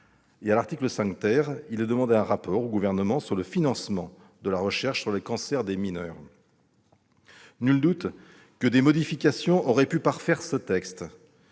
À l'article 5 , il est demandé un rapport au Gouvernement sur le financement de la recherche sur les cancers des mineurs. Nul ne doute que des modifications auraient pu parfaire ce texte,